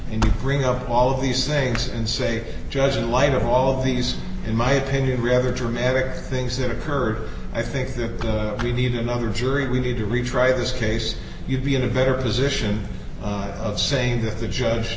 and bring up all of these things and say judge in light of all of these in my opinion rather dramatic things that occurred i think that we need another jury we need to retry this case you'd be in a better position of saying that the judge